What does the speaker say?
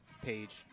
page